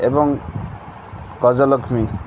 ଏବଂ ଗଜଲକ୍ଷ୍ମୀ